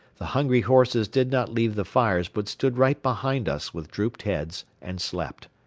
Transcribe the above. the hungry horses did not leave the fires but stood right behind us with drooped heads and slept.